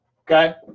okay